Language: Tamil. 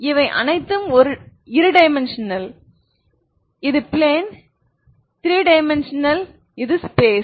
இவை அனைத்தும் இரு டைமென்ஷனல் இது பிலேன் த்ரீ டைமென்ஷனல் அது ஸ்பேஸ்